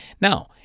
Now